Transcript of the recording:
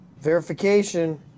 verification